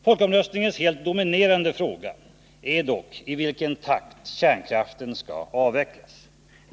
Folkomröstningens dominerande fråga är dock i vilken takt kärnkraften skall avvecklas.